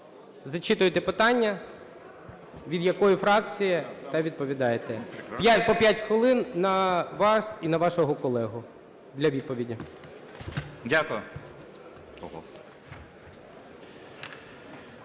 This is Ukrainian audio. Зачитуєте питання, від якої фракції та відповідайте. По 5 хвилин на вас і на вашого колегу для відповіді.